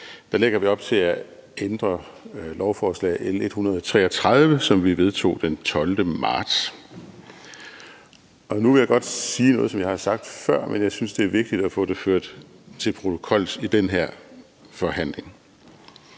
den lov, som vi med lovforslag L 133 vedtog den 12. marts. Og nu vil jeg godt sige noget, som jeg har sagt før, for jeg synes, det er vigtigt at få det ført til protokols i den her forhandling.